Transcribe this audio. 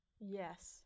Yes